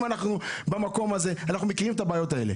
אנחנו מכירים את הבעיות האלה.